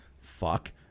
fuck